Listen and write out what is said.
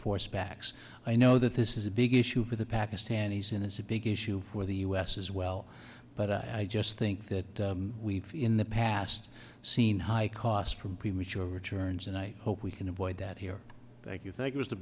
force packs i know that this is a big issue for the pakistanis and it's a big issue for the u s as well but i just think that we've in the past seen high cost from premature returns and i hope we can avoid that here thank you thank you as the